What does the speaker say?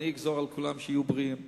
אגזור על כולם שיהיו בריאים.